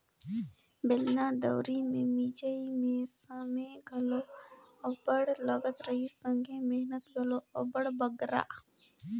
बेलना दउंरी मे मिंजई मे समे घलो अब्बड़ लगत रहिस संघे मेहनत घलो अब्बड़ बगरा